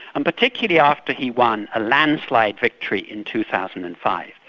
um particularly after he won a landslide victory in two thousand and five.